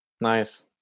Nice